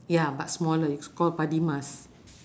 ya but smaller it's called padi emas